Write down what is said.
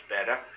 better